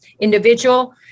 individual